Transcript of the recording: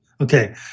Okay